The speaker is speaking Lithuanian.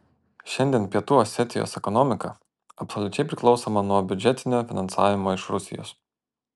šiandien pietų osetijos ekonomika absoliučiai priklausoma nuo biudžetinio finansavimo iš rusijos